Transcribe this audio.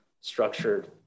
structured